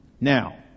now